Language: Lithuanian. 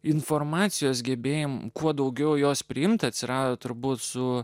informacijos gebėjome kuo daugiau jos priimti atsirado turbūt su